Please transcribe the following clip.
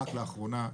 רק לאחרונה,